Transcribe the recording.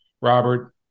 Robert